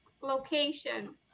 Location